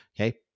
okay